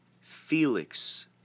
Felix